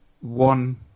one